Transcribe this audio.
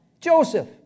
Joseph